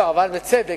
אבל בצדק,